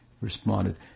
responded